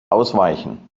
ausweichen